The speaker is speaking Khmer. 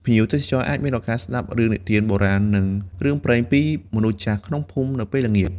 ភ្ញៀវទេសចរមានឱកាសស្តាប់រឿងនិទានបូរាណ និងរឿងព្រេងពីមនុស្សចាស់ក្នុងភូមិនៅពេលល្ងាច។